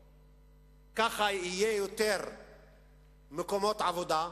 ככה יהיו יותר מקומות עבודה,